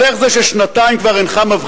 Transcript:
אז איך זה שכבר שנתיים אינך מבחין בכך?